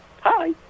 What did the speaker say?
hi